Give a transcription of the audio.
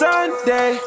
Sunday